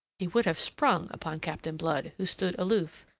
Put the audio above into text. he would have sprung upon captain blood, who stood aloof,